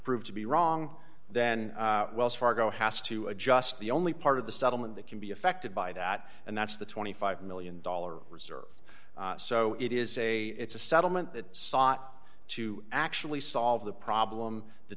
prove to be wrong then wells fargo has to adjust the only part of the settlement that can be affected by that and that's the twenty five million dollars reserve so it is a it's a settlement that sought to actually solve the problem th